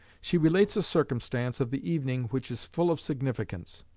she relates a circumstance of the evening which is full of significance.